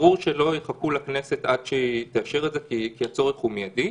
ברור שלא יחכו לכנסת עד שהיא תאשר את זה כי הצורך הוא מיידי,